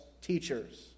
teacher's